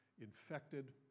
infected